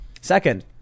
Second